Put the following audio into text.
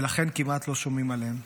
ולכן כמעט לא שומעים עליהם.